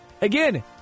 Again